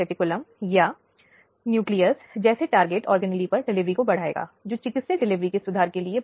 appeal के लिए जाने का भी अधिकार है अगर पीड़ित अदालत के फैसले से संतुष्ट नहीं है